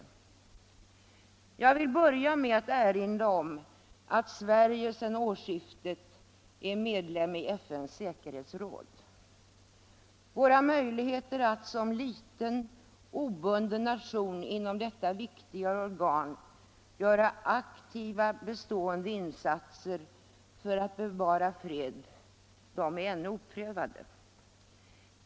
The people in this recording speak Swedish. Jag vill börja med att erinra om att Sverige sedan årsskiftet är medlem i FN:s säkerhetsråd. Våra möjligheter att som liten obunden nation inom detta viktiga organ göra aktiva bestående insatser för att bevara fred är ännu oprövade.